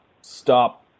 stop